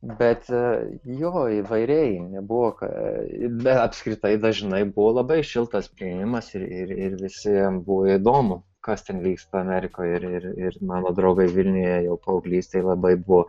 bet jo įvairiai nebuvo bet apskritai dažnai buvo labai šiltas priėjimas ir ir visiem buvo įdomu kas ten vyksta amerikoj ir ir mano draugai vilniuje jau paauglystėj labai buvo